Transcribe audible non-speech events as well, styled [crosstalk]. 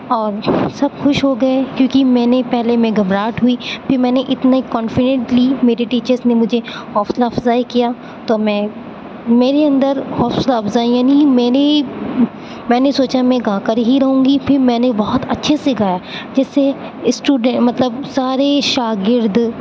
اور سب خوش ہو گئے کیوںکہ میں نے پہلے میں گھبراہٹ ہوئی پھر میں نے اتنے کانفیڈنٹلی میرے ٹیچرس نے مجھے حوصلہ افزائی کیا تو میں میرے اندر حوصلہ افزائی یعنی میں نے میں نے سوچا میں گا کر ہی رہوں گی پھر میں نے بہت اچھے سے گایا جس سے [unintelligible] مطلب سارے شاگرد